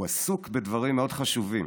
הוא עסוק בדברים מאוד חשובים.